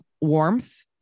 warmth